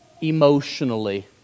emotionally